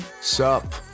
sup